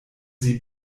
sie